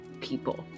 people